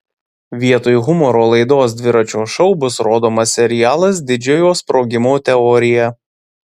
vietoj humoro laidos dviračio šou bus rodomas serialas didžiojo sprogimo teorija